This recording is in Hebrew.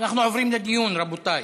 אנחנו עוברים לדיון, רבותי.